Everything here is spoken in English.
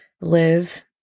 live